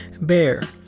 bear